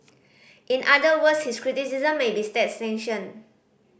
in other words his criticism may be state